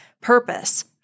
purpose